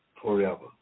forever